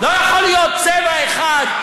לא יכול להיות צבע אחד,